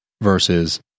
versus